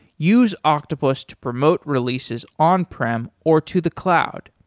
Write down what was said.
use octopus to promote releases on prem or to the cloud.